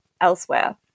elsewhere